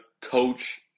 coach